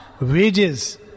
Wages